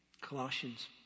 Colossians